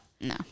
No